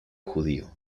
judío